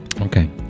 okay